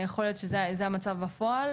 יכול להיות שזה המצב בפועל,